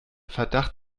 verdacht